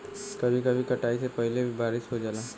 कभी कभी कटाई से पहिले भी बारिस हो जाला